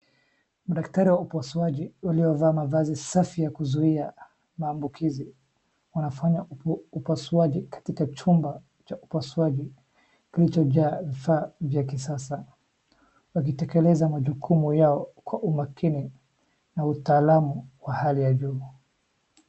Madaktari wa upasuaji waliovaa mavazi safi ya kuzuia maambukizi wanafanya upasuaji katika chumba cha upasuaji kililicho jaa vifaa vya kisasa, wakiteekleza majukumu yao kwa umakini na utaalamu wa hali ya juu.